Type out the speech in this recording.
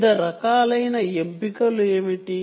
వివిధ రకాలైన ఎంపికలు ఏమిటి